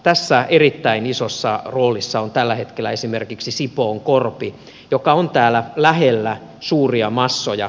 tässä erittäin isossa roolissa on tällä hetkellä esimerkiksi sipoonkorpi joka on täällä lähellä suuria massoja